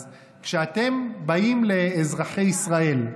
אז כשאתם באים לאזרחי ישראל,